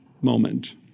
moment